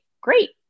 Great